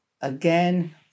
again